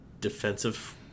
defensive